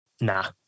Nah